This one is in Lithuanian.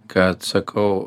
kad sakau